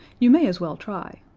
you may as well try,